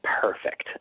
perfect